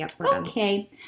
Okay